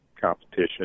competition